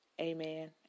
amen